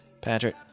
Patrick